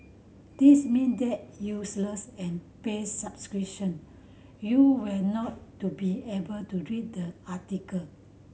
this mean that useless and pay subscription you will not to be able to read the article